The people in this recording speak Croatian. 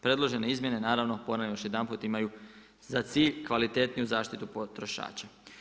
Predložene izmjene naravno ponavljam još jedanput imaju za cilj kvalitetniju zaštitu potrošača.